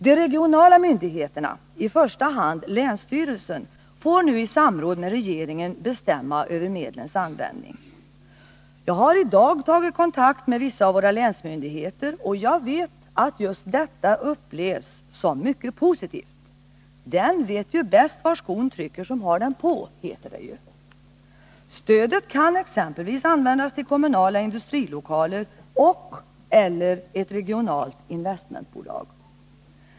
De regionala myndigheterna, i första hand länsstyrelsen, får nu i samråd med regeringen bestämma över medlens användning. Jag har i dag tagit kontakt med vissa av våra länsmyndigheter och vet att just detta upplevs som mycket positivt. Den vet ju bäst var skon klämmer som har den på, som det heter. Stödet kan exempelvis användas till kommunala industrilokaler och/eller ett regionalt investmentbolag.